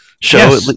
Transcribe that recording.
show